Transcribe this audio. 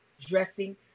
dressing